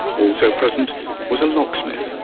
also present was a locksmith,